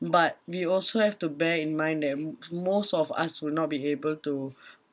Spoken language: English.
but we also have to bear in mind that m~ most of us would not be able to